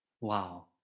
Wow